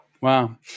Wow